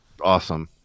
Awesome